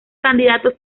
candidatos